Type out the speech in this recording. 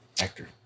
actor